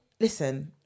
Listen